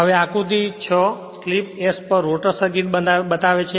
હવે આ આકૃતિ 6 સ્લિપ s પર રોટર સર્કિટ બતાવે છે